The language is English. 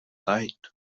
tight